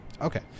Okay